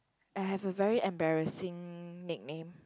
I have a very embarrassing nickname